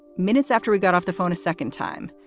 minutes after we got off the phone a second time,